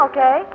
Okay